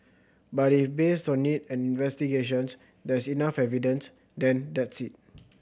but if based on it and investigations there's enough evidence then that's it